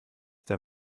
der